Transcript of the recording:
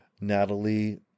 Natalie